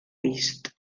vist